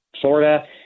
Florida